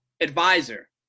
advisor